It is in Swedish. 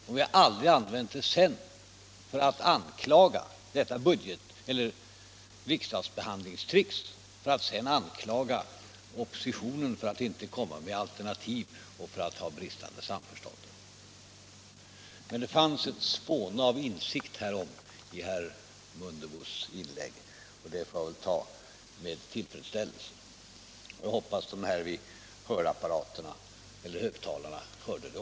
Och vi har heller aldrig sedan använt detta riksdagsbehandlingstrick för att anklaga oppositionen för att inte komma med alternativ och för bristande samförstånd. Men det fanns ett spån av insikt härom i herr Mundebos inlägg — jag hoppas att också de som satt vid sina högtalare hörde det — och det får jag väl notera med tillfredsställelse.